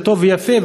זה טוב ויפה,